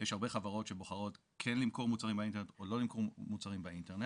יש הרבה חברות שמוכנות כן מוצרים באינטרנט או לא למכור מוצרים באינטרנט.